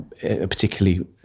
particularly